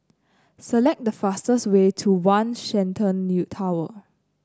select the fastest way to One Shenton New Tower